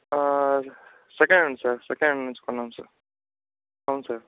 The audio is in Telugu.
second hand sir second hand తీసుకున్నాం సార్ అవును సార్